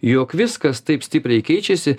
jog viskas taip stipriai keičiasi